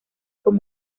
con